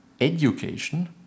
education